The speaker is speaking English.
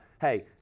hey –